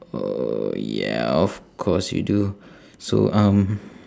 oh yeah of course you do so um